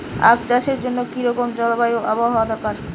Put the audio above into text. আখ চাষের জন্য কি রকম জলবায়ু ও আবহাওয়া দরকার?